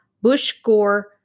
Bush-Gore